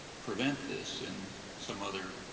prevent this in some other,